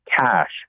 Cash